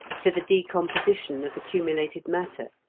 to the decomposition of accumulated matter,